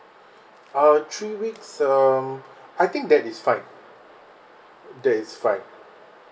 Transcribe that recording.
uh three weeks um I think that is fine that is fine